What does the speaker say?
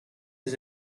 his